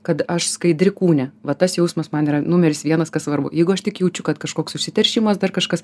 kad aš skaidri kūne va tas jausmas man yra numeris vienas kas svarbu jeigu aš tik jaučiu kad kažkoks užsiteršimas dar kažkas